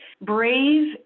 brave